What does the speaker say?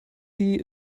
sie